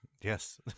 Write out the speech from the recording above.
yes